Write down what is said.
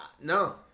No